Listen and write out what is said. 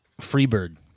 Freebird